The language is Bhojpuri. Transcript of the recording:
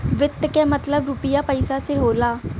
वित्त क मतलब रुपिया पइसा से होला